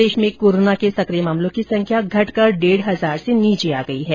प्रदेश में कोरोना के सकिय मामलों की संख्या घटकर डेढ़ हजार से नीचे आ गई है